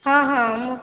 ହଁ ହଁ ମୁଁ